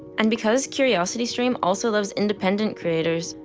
and because curiosity stream also loves independent creators,